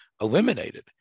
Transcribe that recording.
eliminated